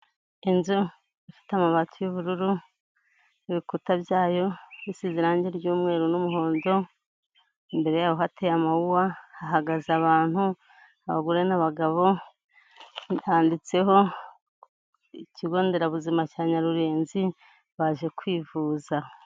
Inzu ifite amabati y'ubururu, ibikuta byayo bisize irangi ry'umweru n'umuhondo, imbere yayo hateye amawuwa, hahagaze abantu abagore n'abagabo, handitseho ikigo nderabuzima cya Nyarurenzi baje kwivuza.